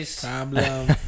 Problem